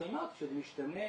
את אמרת שזה משתנה